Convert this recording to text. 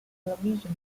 television